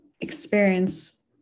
experience